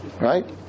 Right